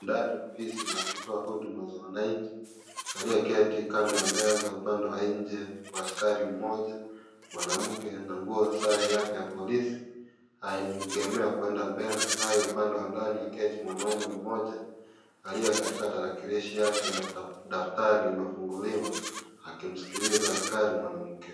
Ndani ya ofisi za kutoa huduma za wananchi aliyeketi kando ya meza upande wa nje ni askari mmoja mwanamke ana nguo sare yake ya polisi anaegemea kwenda mbele naye upande wa ndani aketi mwanamme mmoja aliyekatika tarakilishi yake na daftari limefunguliwa akimsikikza askari mwanamke.